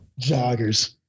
joggers